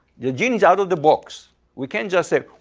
the genie is out-of-the-box. we can't just say,